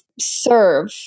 serve